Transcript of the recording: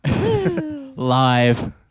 Live